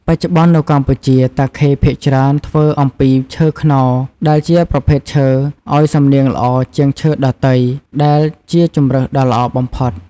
បច្ចុប្បន្ននៅកម្ពុជា តាខេភាគច្រើនធ្វើអំពីឈើខ្នុរ ដែលជាប្រភេទឈើឲ្យសំនៀងល្អជាងឈើដទៃ ដែលជាជម្រើសដ៏ល្អបំផុត។